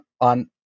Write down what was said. on